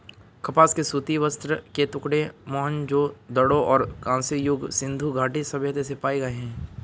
कपास के सूती वस्त्र के टुकड़े मोहनजोदड़ो और कांस्य युग सिंधु घाटी सभ्यता से पाए गए है